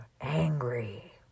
angry